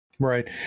Right